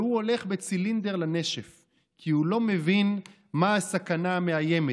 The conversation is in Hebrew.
והוא הולך בצילינדר לנשף כי הוא לא מבין מה הסכנה המאיימת.